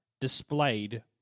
displayed